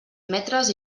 metres